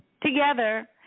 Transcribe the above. Together